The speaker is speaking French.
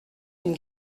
une